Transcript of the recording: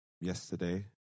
yesterday